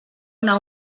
una